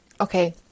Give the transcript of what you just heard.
okay